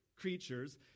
creatures